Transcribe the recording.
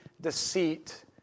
deceit